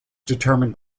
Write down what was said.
determined